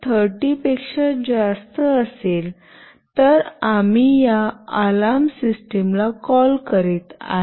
30 पेक्षा जास्त असेल तर आम्ही या अलार्म सिस्टमला कॉल करीत आहे